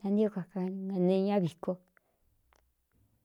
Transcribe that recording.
da ntio kakaa nee ña viko.